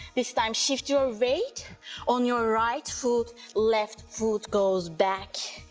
this time shift your weight on your right foot left foot goes back,